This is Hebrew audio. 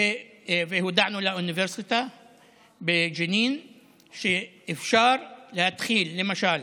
והודענו לאוניברסיטה בג'נין שאפשר להתחיל, למשל